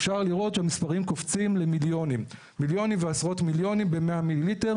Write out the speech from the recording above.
אפשר לראות שהמספרים קופצים למיליונים ועשרות מיליונים ב-100 מ"מ.